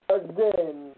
again